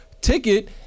ticket